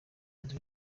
nzu